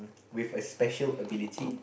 with a special ability